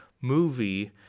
movie